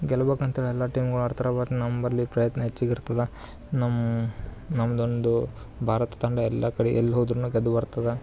ಗೆಲ್ಬೇಕ್ ಅಂತೇಳಿ ಎಲ್ಲ ಟೀಮ್ಗಳು ಆಡ್ತಾರೆ ಬಟ್ ನಂಬಲ್ಲಿ ಪ್ರಯತ್ನ ಹೆಚ್ಚಿಗ್ ಇರ್ತದೆ ನಮ್ಮ ನಮ್ಮದೊಂದು ಭಾರತ ತಂಡ ಎಲ್ಲ ಕಡೆ ಎಲ್ಲಿ ಹೋದ್ರೂನು ಗೆದ್ದು ಬರ್ತದೆ